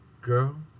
girl